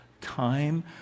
time